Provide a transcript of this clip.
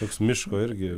toks miško irgi